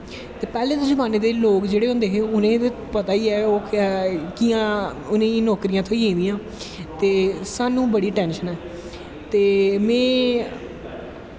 पैह्ले जमाने दे लोग जेह्ड़े जोंदे हे उनें ते पता गै ऐ कियां नौकरियां थ्होई गेदियां ते साह्नू बड़ी टैंशन ऐ ते में